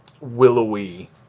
willowy